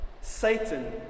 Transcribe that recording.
Satan